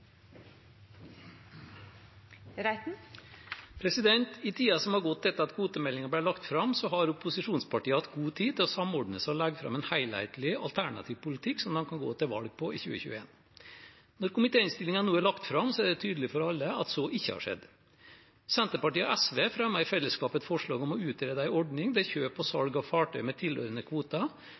I tiden som har gått etter at kvotemeldingen ble lagt fram, har opposisjonspartiene hatt god tid til å samordne seg og legge fram en helhetlig alternativ politikk som de kan gå til valg på i 2021. Når komitéinnstillingen nå er lagt fram, er det tydelig for alle at så ikke har skjedd. Senterpartiet og SV fremmer i fellesskap et forslag om å utrede en ordning der kjøp og salg av fartøy med tilhørende kvoter